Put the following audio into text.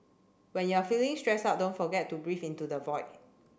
when you are feeling stressed out don't forget to breathe into the void